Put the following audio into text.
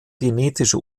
genetische